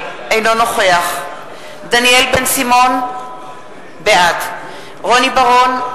אינו נוכח דניאל בן-סימון, בעד רוני בר-און,